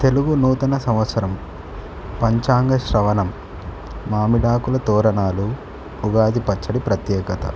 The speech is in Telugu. తెలుగు నూతన సంవత్సరం పంచాంగ శ్రవణం మామిడాకుల తోరణాలు ఉగాది పచ్చడి ప్రత్యేకత